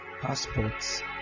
passports